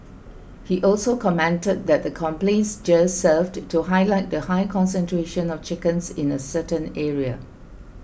he also commented that the complaints just served to highlight the high concentration of chickens in a certain area